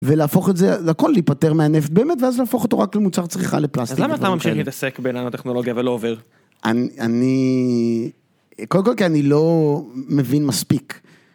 ולהפוך את זה, לכל להיפטר מהנפט באמת, ואז להפוך אותו רק למוצר צריכה לפלסטיק. אז למה אתה ממשיך להתעסק בננו-טכנולוגיה ולא עובר? אני... קודם כל, כי אני לא מבין מספיק.